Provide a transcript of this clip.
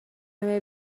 may